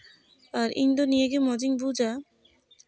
ᱟᱨ ᱤᱧᱫᱚ ᱱᱤᱭᱟᱹᱜᱮ ᱢᱚᱡᱤᱧ ᱵᱩᱡᱽᱼᱟ